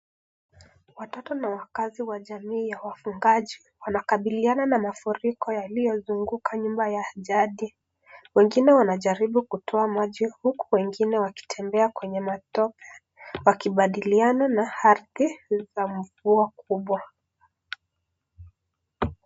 Watoto na wakaazi wa jamii ya wafugaji wanakabiliana na mafuriko iliyozunguka nyumba ya jadi wengine wanajatibu kutoa maji huku wengine wanatembea kwa matope wakibadiana na ardhi za mvua kubwa.